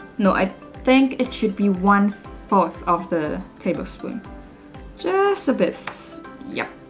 no i think it should be one fourth of the tablespoon just a bit yup